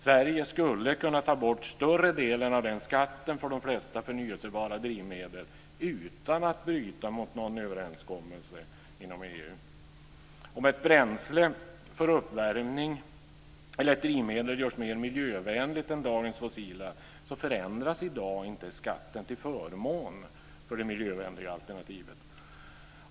Sverige skulle kunna ta bort större delen av skatten på de flesta förnybara drivmedlen utan att bryta mot någon överenskommelse inom EU. Om ett drivmedel för uppvärmning görs mer miljövänligt än dagens fossila drivmedel förändras inte skatten i dag till förmån för det miljövänliga alternativet.